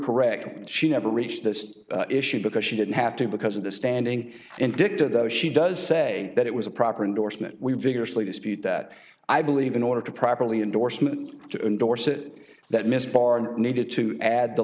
correct she never reached this issue because she didn't have to because of the standing in dicta though she does say that it was a proper endorsement we vigorously dispute that i believe in order to properly endorsement to endorse it that mr barnes needed to add the